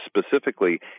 specifically